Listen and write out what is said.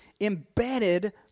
embedded